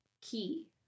key